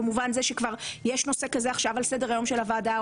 במובן זה שכבר יש נושא כזה עכשיו על סדר-היום של הוועדה,